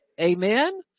Amen